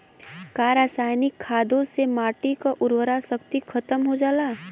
का रसायनिक खादों से माटी क उर्वरा शक्ति खतम हो जाला?